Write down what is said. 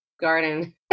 garden